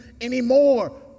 anymore